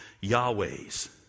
Yahweh's